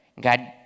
God